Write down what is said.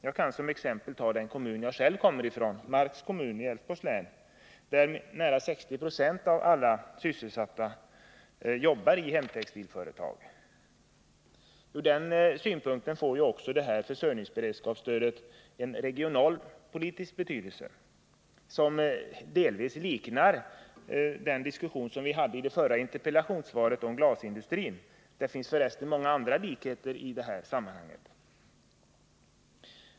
Jag kan som exempel ta den kommun varifrån jag själv kommer, Marks kommun i Älvsborgs län, där nära 60 96 av alla sysselsatta arbetar i hemtextilföretag. Från den synpunkten får försörjningsberedskapsstödet regionalpolitisk betydelse. Resonemanget blir delvis detsamma som beträffande det förra interpellationssvaret, som gällde glasindustrin. Det finns för resten många andra likheter i detta sammanhang.